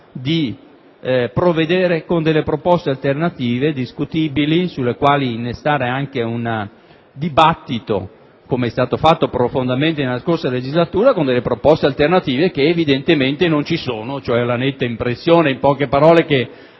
di provvedere con proposte alternative, discutibili, sulle quali innestare un dibattito, come è stato fatto profondamente nella scorsa legislatura, con proposte alternative, che evidentemente non ci sono. Ho la netta impressione, in poche parole, che